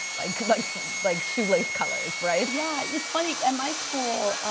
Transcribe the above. like like like shoelace colors, right? yeah it's funny, and my school,